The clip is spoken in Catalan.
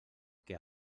que